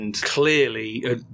clearly